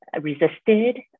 resisted